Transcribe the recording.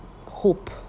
hope